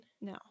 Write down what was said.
no